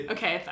Okay